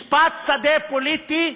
משפט שדה פוליטי,